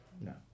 No